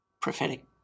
prophetic